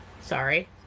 Sorry